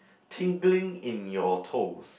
tingling in your toes